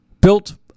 built